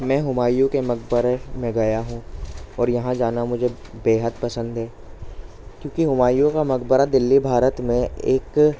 میں ہمایوں کے مقبرے میں گیا ہوں اور یہاں جانا مجھے بےحد پسند ہے کیونکہ ہمایوں کا مقبرہ دلّی بھارت میں ایک